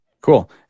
Cool